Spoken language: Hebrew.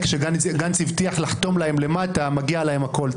שגנץ הבטיח לחתום להם למטה מגיע להם הכול,